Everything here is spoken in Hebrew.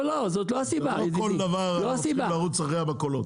לא בכל דבר אנחנו צריכים לרוץ אחרי המכולות.